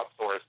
outsource